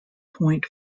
point